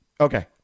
Okay